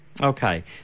Okay